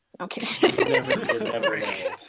Okay